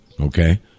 Okay